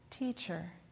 Teacher